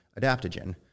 adaptogen